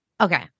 Okay